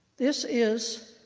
this is